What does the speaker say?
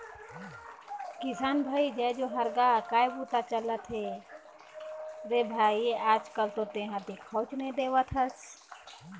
किसान भाई जय जोहार गा काय बूता चलत हे रे भई आज कल तो तेंहा दिखउच नई देवत हस?